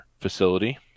facility